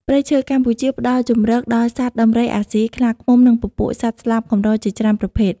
ព្រៃឈើកម្ពុជាផ្តល់ជម្រកដល់សត្វដំរីអាស៊ី ខ្លាឃ្មុំ និងពពួកសត្វស្លាបកម្រជាច្រើនប្រភេទ។